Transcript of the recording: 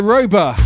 Roba